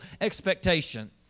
expectation